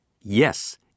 Yes